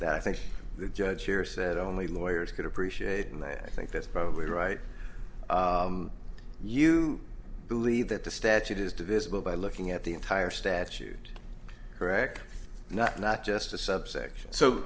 that i think the judge here said only lawyers could appreciate and i think that's probably right you believe that the statute is divisible by looking at the entire statute correct not not just a subsection so